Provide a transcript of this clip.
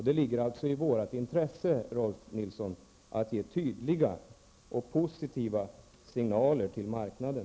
Det ligger alltså i vårt intresse, Rolf L Nilson, att ge tydliga och positiva signaler till marknaden.